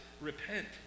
repent